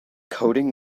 coding